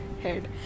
head